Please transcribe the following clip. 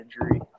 injury